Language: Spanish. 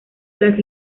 tras